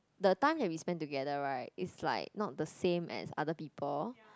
the time that we spend together right is like not the same as other people